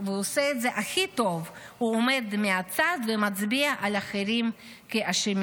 והוא עושה את זה הכי טוב: הוא עומד מהצד ומצביע על אחרים כאשמים.